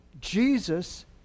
Jesus